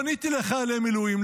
פניתי לחיילי מילואים,